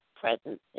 presence